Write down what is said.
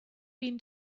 been